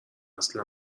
اصل